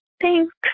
Thanks